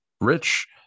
Rich